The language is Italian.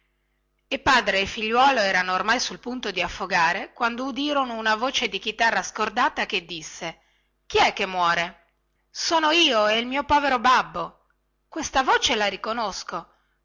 il padre e il figliuolo erano oramai sul punto di affogare quando udirono una voce di chitarra scordata che disse chi è che muore sono io e il mio povero babbo questa voce la riconosco